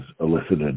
elicited